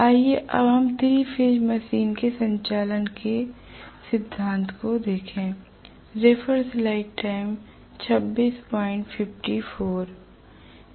आइए अब हम 3 फेज इंडक्शन मशीन के संचालन के सिद्धांत पर चलते हैं